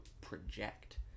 project